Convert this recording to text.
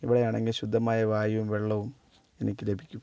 ഇവിടെയാണെങ്കിൽ ശുദ്ധമായ വായുവും വെള്ളവും എനിക്ക് ലഭിക്കും